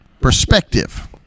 Perspective